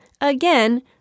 again